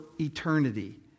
eternity